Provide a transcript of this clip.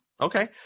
Okay